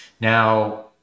Now